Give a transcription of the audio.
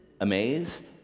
Amazed